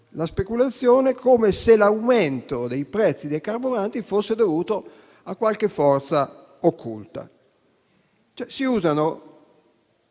speculazione, come se l'aumento dei prezzi dei carburanti fosse dovuto a qualche forza occulta. Si usa